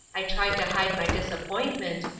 i tried to hide my disappointment,